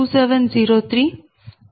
2500 0